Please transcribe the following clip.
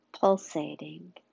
pulsating